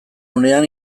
unean